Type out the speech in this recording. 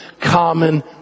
common